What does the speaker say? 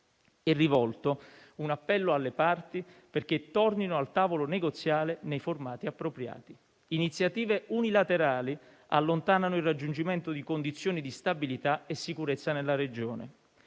e rivolto un appello alle parti perché tornino al tavolo negoziale nei formati appropriati. Iniziative unilaterali allontanano il raggiungimento di condizioni di stabilità e sicurezza nella regione.